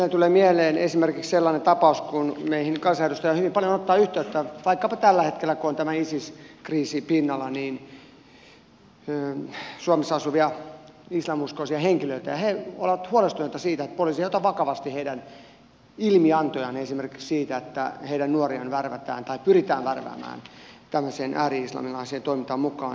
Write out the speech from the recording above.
itselleni tulee mieleen esimerkiksi sellainen tapaus kun meihin kansanedustajiin hyvin paljon ottaa yhteyttä vaikkapa tällä hetkellä kun on tämä isis kriisi pinnalla suomessa asuvia islaminuskoisia henkilöitä ja he ovat huolestuneita siitä että poliisi ei ota vakavasti heidän ilmiantojaan esimerkiksi siitä että heidän nuoriaan värvätään tai pyritään värväämään tämmöiseen ääri islamilaiseen toimintaan mukaan